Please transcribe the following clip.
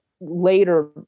later